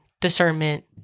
discernment